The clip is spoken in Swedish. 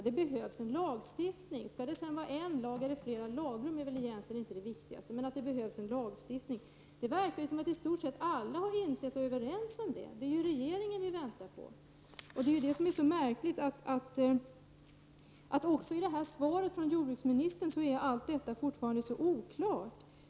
Det behövs en lagstiftning. Om det skall vara en eller flera lagrum är egentligen inte det viktigaste, men det behövs en lagstiftning. Det verkar som om i stort sett alla har insett och är överens om detta. Det är regeringen som vi väntar på. Det är märkligt att allt detta fortfarande är så oklart i jordbruksministerns svar.